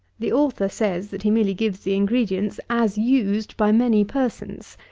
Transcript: the author says, that he merely gives the ingredients, as used by many persons.